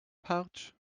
pouch